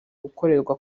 gukorerwa